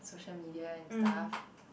social media and stuff